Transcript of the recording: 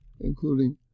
including